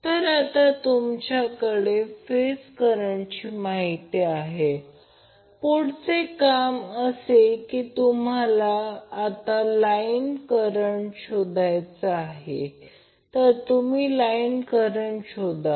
पण इथे line current phase current तर पण इथे line r phase voltage line voltage √ 3 कारण लाइन व्होल्टेज √3 फेज व्होल्टेज